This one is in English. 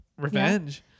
revenge